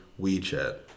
WeChat